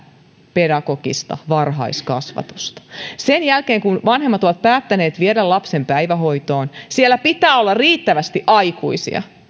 pedagogista varhaiskasvatusta sen jälkeen kun vanhemmat ovat päättäneet viedä lapsen päivähoitoon siellä pitää olla riittävästi aikuisia